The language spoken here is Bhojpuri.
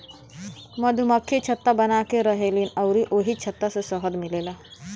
मधुमक्खि छत्ता बनाके रहेलीन अउरी ओही छत्ता से शहद मिलेला